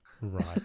Right